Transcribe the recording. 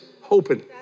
hoping